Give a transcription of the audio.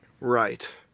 Right